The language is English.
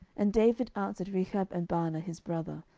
and david answered rechab and baanah his brother,